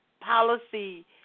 policy